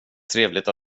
trevligt